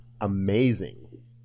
Amazing